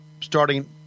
starting